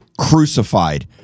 crucified